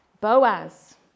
Boaz